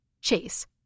Chase